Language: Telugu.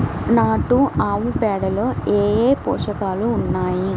నాటు ఆవుపేడలో ఏ ఏ పోషకాలు ఉన్నాయి?